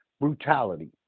brutality